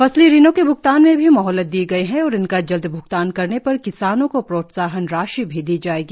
फसली ऋणों के भ्गतान में भी मोहलत दी गई है और इनका जल्द भ्गतान करने पर किसानों को प्रोत्साहन राशि भी दी जाएगी